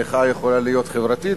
המחאה יכולה להיות חברתית,